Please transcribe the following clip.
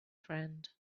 friend